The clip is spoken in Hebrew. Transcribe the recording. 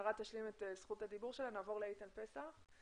שיערה תשלים את זכות הדיבור שלה ונעבור לאיתן פסח.